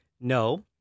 No